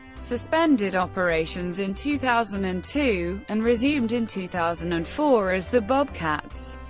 suspended operations in two thousand and two, and resumed in two thousand and four as the bobcats,